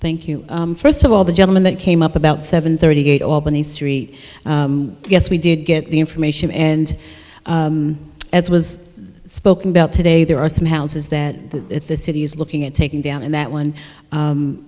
thank you first of all the gentleman that came up about seven thirty eight albany street yes we did get the information and as was spoken about today there are some houses that the city is looking at taking down and that one